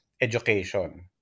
education